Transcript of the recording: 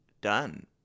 done